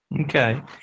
Okay